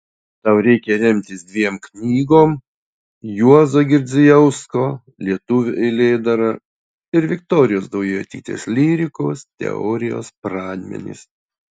tau reikia remtis dviem knygom juozo girdzijausko lietuvių eilėdara ir viktorijos daujotytės lyrikos teorijos pradmenys